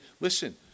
listen